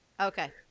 Okay